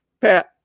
Pat